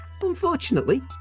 Unfortunately